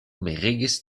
mirigis